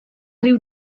rhyw